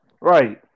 Right